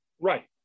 Right